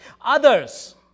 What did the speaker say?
Others